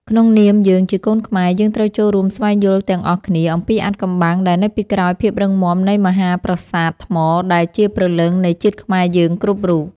ក្នុងនាមយើងជាកូនខ្មែរ យើងត្រូវចូលរួមស្វែងយល់ទាំងអស់គ្នាអំពីអាថ៌កំបាំងដែលនៅពីក្រោយភាពរឹងមាំនៃមហាប្រាសាទថ្មដែលជាព្រលឹងនៃជាតិខ្មែរយើងគ្រប់រូប។